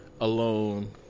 Alone